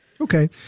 Okay